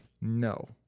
No